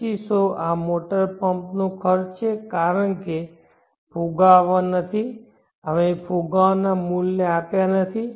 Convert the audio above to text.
2500 આ મોટર પંપનો ખર્ચ છે કારણ કે ફુગાવા નથી અમે ફુગાવાના મૂલ્ય આપ્યા નથી